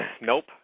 Nope